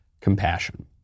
Compassion